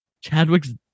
Chadwick's